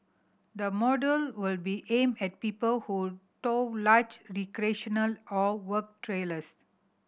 the model will be aimed at people who tow large recreational or work trailers